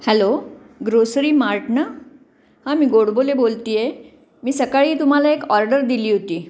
hello grocery mart ना हां मी गोडबोले बोलते आहे मी सकाळी तुम्हाला एक ऑर्डर दिली होती